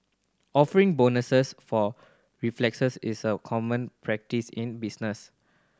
offering bonuses for reflexes is a common practice in business